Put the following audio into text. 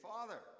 Father